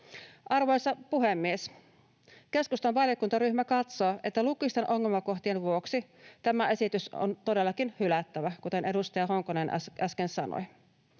Arvoisa puhemies! Keskustan valiokuntaryhmä katsoo, että lukuisten ongelmakohtien vuoksi tämä esitys on todellakin hylättävä, kuten edustaja Honkonen äsken sanoi.